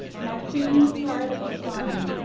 maxine carlie sline.